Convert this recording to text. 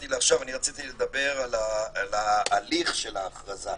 הדביק --- אתם מדברים על יום אחד שחמישה עצורים הוצאו לבית משפט?